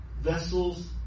Vessels